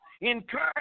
Encourage